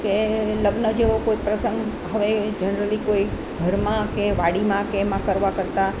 કે લગ્ન જેવો કોઈ પ્રસંગ હવે જનરલી કોઈ ઘરમાં કે વાડીમાં કે એમાં કરવા કરતાં